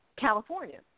California